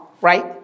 right